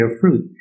fruit